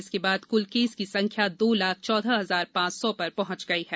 इसके बाद कल केस की संख्या दो लाख चौदह हजार पांच सौ पर पहुंच गयी है